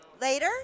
later